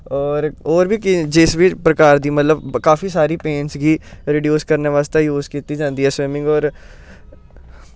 होर बी जिस बी प्रकार दी मतलब काफी सारी पेन्स गी रडीऊज करनै बास्तै यूज कीती जंदी ऐ स्विमिंग होर